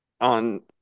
on